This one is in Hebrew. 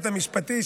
המשפטי,